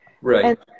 Right